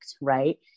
right